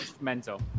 Mental